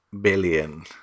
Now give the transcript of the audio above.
billion